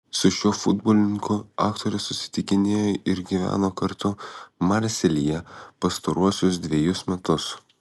su šiuo futbolininku aktorė susitikinėjo ir gyveno kartu marselyje pastaruosius dvejus metus